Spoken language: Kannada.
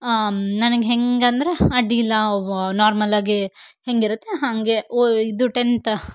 ನನಗೆ ಹೆಂಗೆ ಅಂದರೆ ಅಡ್ಡಿಯಿಲ್ಲ ವೊ ನಾರ್ಮಲ್ ಆಗೇ ಹೇಗಿರತ್ತೆ ಹಾಗೆ ಓ ಇದು ಟೆಂತ